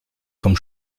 vom